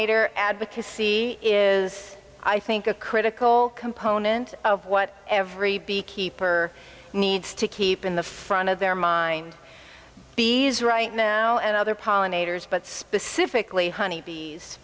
pollinator advocacy is i think a critical component of what every beekeeper needs to keep in the front of their mind bees right now and other pollinators but specifically honey bees